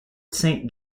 saint